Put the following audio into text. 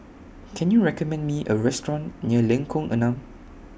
Can YOU recommend Me A Restaurant near Lengkong Enam